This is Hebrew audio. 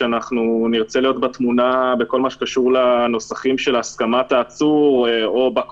שנרצה להיות בתמונה בכל מה שקשור לנוסחים של הסכמת העצור או בא כוחו,